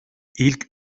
ilk